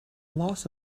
loss